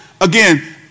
again